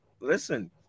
listen